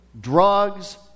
drugs